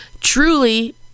truly